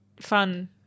fun